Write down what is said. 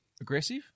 Aggressive